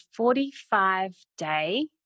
45-day